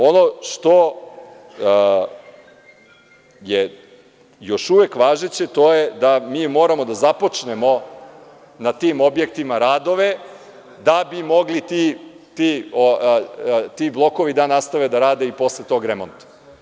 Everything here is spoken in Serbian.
Ono što je još uvek važeće, to je da mi moramo da započnemo na tim objektima radove da bi mogli ti blokovi da nastave da rade i posle tog remonta.